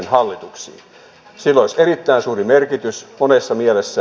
sillä olisi erittäin suuri merkitys monessa mielessä